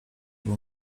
był